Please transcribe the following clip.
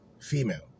female